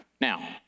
Now